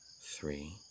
three